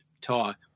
talk